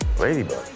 Ladybug